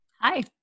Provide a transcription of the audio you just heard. Hi